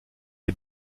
est